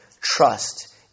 Trust